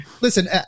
Listen